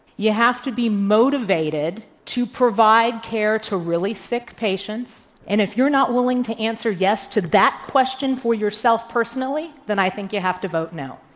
you have to be motivated to provide care to really sick patients and if you're not willing to answer yes to that question for yourself personally, then i think you have to vote no.